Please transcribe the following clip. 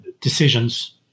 decisions